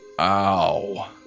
ow